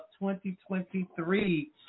2023